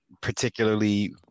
particularly